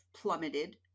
plummeted